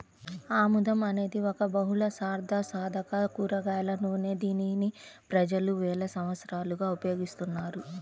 ఆముదం అనేది ఒక బహుళార్ధసాధక కూరగాయల నూనె, దీనిని ప్రజలు వేల సంవత్సరాలుగా ఉపయోగిస్తున్నారు